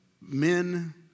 men